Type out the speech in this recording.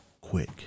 quick